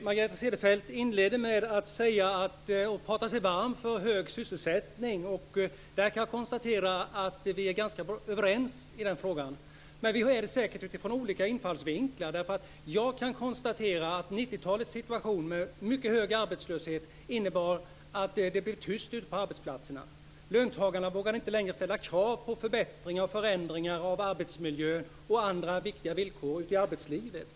Herr talman! Margareta Cederfelt talade sig varm för hög sysselsättning. I den frågan är vi ganska överens, men det är vi säkert utifrån olika infallsvinklar. 90-talets situation med mycket hög arbetslöshet innebar att det blev tyst ute på arbetsplatserna. Löntagarna vågade inte längre ställa krav på förbättringar och förändringar av arbetsmiljön och andra viktiga villkor i arbetslivet.